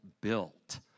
built